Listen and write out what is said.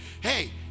hey